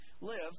live